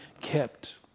kept